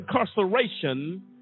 incarceration